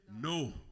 no